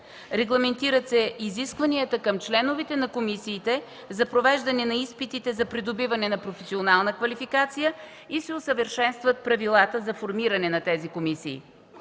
Регламентират се изискванията към членовете на комисиите за провеждане на изпитите за придобиване на професионална квалификация и се усъвършенстват правилата за формиране на тези комисии.